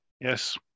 Yes